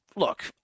Look